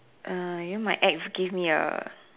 err you know my ex give me a